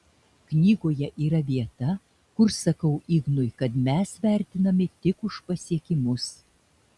knygoje yra vieta kur sakau ignui kad mes vertinami tik už pasiekimus